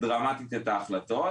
דרמטית את ההחלטות